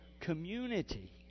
community